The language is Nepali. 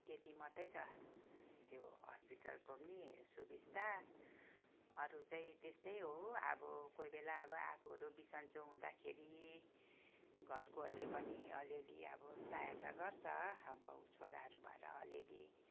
त्यति मात्रै छ त्यो हस्पिटलको पनि सुबिस्ता अरू चाहिँ त्यस्तै हो अब कोही बेला अब आफूहरू बिसन्चो हुँदाखेरि घरकोहरूले पनि अलिअलि अब सहायता त गर्छ अब छोराहरू भएर अलिअलि